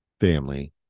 family